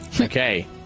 Okay